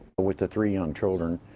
with the three young children,